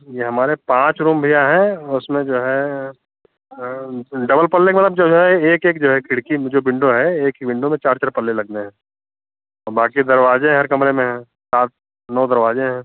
यह हमारे पाँच रूम जो भैया है औ उसमें जो है डबल पल्ला वाला चल जाए एक एक जो है खिड़की में जो विंडो है एक ही विंडो में चार चार पल्ले लगने हैं और बाक़ी दरवाज़े हर कमरे में लगने हैं सात नौ दरवाज़े हैं